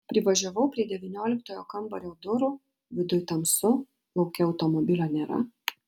privažiavau prie devynioliktojo kambario durų viduj tamsu lauke automobilio nėra